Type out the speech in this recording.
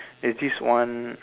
there's this one